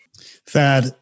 Thad